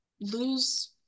lose